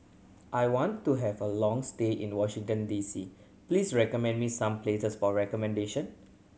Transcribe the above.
I want to have a long stay in Washington D C please recommend me some places for accommodation